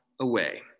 away